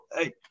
hey